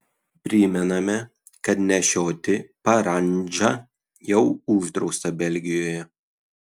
primename kad nešioti parandžą jau uždrausta belgijoje